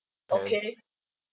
okay